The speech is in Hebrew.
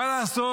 מה לעשות?